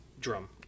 drum